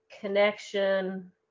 connection